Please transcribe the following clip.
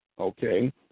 Okay